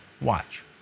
Watch